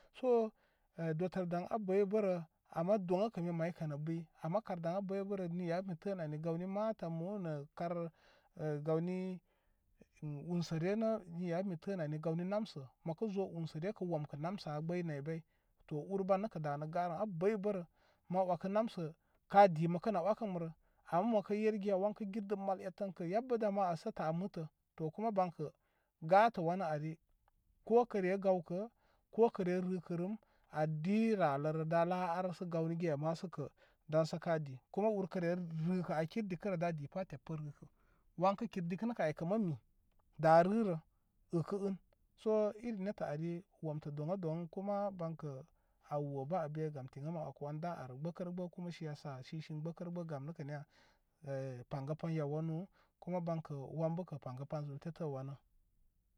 So e dotəl daŋ a bəybərə ama doŋakə mi maykə nə bəy ama kay daŋ a bəybərə ni a kənə ani gawni matamu nə kar gawni umsəre nə ni yabə mi tənə ani gawni namsə məkə zo umsəre kə womkə namsə an gbəy naybəy to ur ban nəkə danə ganə a bəybərə ma wəkə namsə ka di makəri á wəkəma rə ama məkə yer giya wan kə gida dəm madi etten kə ya bə damə an mitə kuma bankə gatə wanə ari ko kəre gawkə ko kəre rəka rəm a di ra'ərə da la ar sə gawni giya ma səkə daŋ ka di kuma ur kə re rəkə a kir dikə rə da di pa te pər a wankə kir dikə nəkə aykə ma mi da rə́rá təkə ən so iri nettə ari womtə doŋ a doŋ kuma bankə a wo bə a be gam tiŋ a ma wəku wən da ay gbəkərə gbən kuma yasa shi shin, gbəkərə gbə gam nəkə niya paygə paŋ yaw wanu kuma bankə waŋbə kə pangə paŋ zu! Wa ni tətə waŋa.